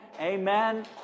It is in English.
amen